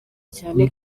cyane